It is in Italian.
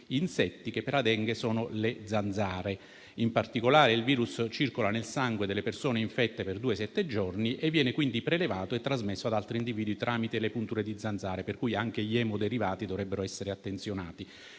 insetti che, per la Dengue, sono le zanzare. In particolare, il virus circola nel sangue della persona infetta da due a sette giorni e viene quindi prelevato e trasmesso ad altri individui tramite la puntura di zanzara. Pertanto, anche gli emoderivati dovrebbero essere attenzionati.